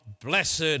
blessed